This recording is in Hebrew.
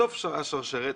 בסוף השרשרת.